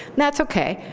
that's ok.